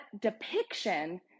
depiction